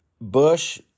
Bush